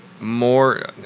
more